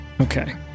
Okay